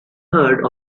heard